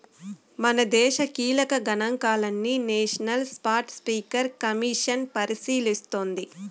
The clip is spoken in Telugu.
మనదేశ కీలక గనాంకాలని నేషనల్ స్పాటస్పీకర్ కమిసన్ పరిశీలిస్తోంది